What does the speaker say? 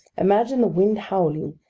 imagine the wind howling,